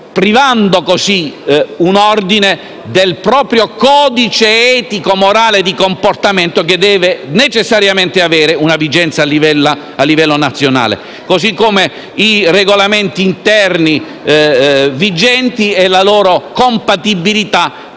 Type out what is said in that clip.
privando in tal modo un ordine del proprio codice etico e morale di comportamento, che deve necessariamente avere una vigenza a livello nazionale. Lo stesso vale per i regolamenti interni vigenti e la loro compatibilità